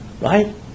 Right